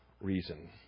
reason